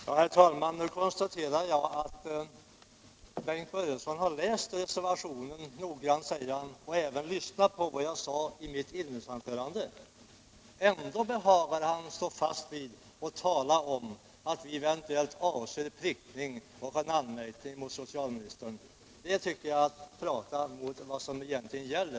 Herr talman! Jag konstaterar nu att Bengt Börjesson, som han säger, noggrant har läst handlingarna och även lyssnat på vad jag sade i mitt inledningsanförande. Ändå behagade han stå fast vid påståendet att vi eventuellt syftar till en anmärkning mot eller prickning av socialministern. Jag tycker att det påståendet talar mot bättre vetande.